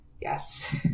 Yes